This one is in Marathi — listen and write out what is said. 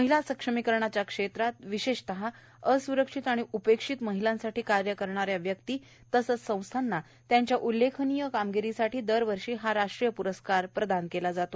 महिला सक्षमीकरणाच्या क्षेत्रात विशेषतः अस्रक्षित आणि उपेक्षित महिलांसाठी कार्य करणाऱ्या व्यक्ती तसंच संस्थांना त्यांच्या उल्लेखनीय कामगिरीसाठी दरवर्षी हा राष्ट्रीय प्रस्कार प्रदान केला जातो